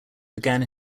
began